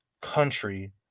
country